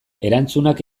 erantzunak